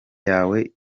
yawe